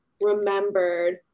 remembered